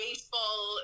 Baseball